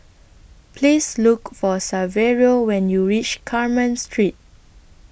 Please Look For Saverio when YOU REACH Carmen Street